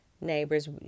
Neighbors